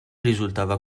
risultava